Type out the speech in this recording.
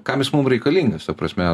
kam jis mum reikalingas ta prasme